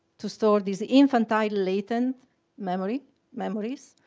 to store this infantile latent memory memories.